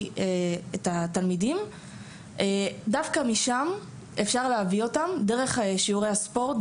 את התלמידים דווקא משם אפשר להביא אותם דרך שיעורי הספורט,